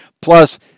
plus